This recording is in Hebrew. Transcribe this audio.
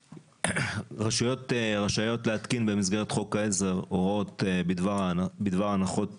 רשויות רשאיות להתקין במסגרת חוק העזר הוראות בדבר הנחות